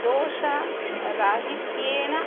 दोषराहित्येण